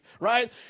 right